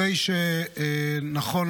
נכון,